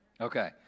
Okay